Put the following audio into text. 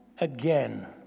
again